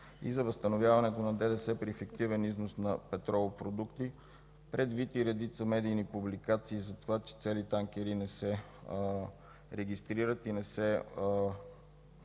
и за възстановяването на ДДС при фиктивен износ на петролни продукти, предвид и редица медийни публикации за това, че цели танкери не се регистрират и не се